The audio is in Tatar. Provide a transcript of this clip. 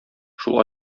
шул